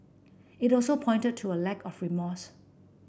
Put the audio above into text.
it also pointed to a lack of remorse